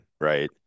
right